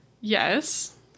Yes